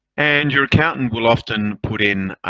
and your accountant will often put in